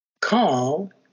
call